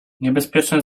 niebezpieczny